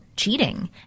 Cheating